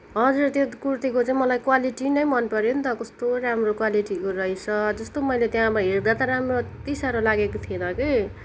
हजुर त्यो कुर्तीको चाहिँ मलाई क्वालिटी नै मन पऱ्यो नि त कस्तो राम्रो क्वालिटीको रहेछ जस्तो मैले त्यहाँ अब हेर्दा त राम्रो त्यत्ति साह्रो लागेको थिएन कि